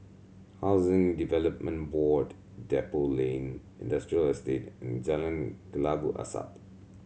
Housing Development Board Depot Lane Industrial Estate and Jalan Kelabu Asap